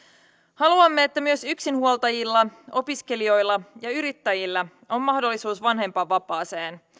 haluamme että myös yksinhuoltajilla opiskelijoilla ja yrittäjillä on mahdollisuus vanhempainvapaaseen